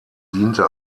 diente